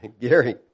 Gary